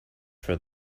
for